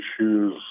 issues